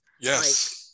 yes